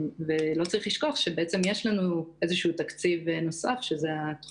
יש לזכור שיש לנו תקציב נוסף בדמות